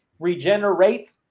Regenerate